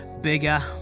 bigger